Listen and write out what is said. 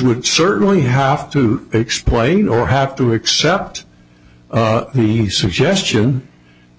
would certainly have to explain or have to accept he suggestion